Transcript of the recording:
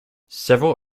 several